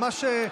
ממש,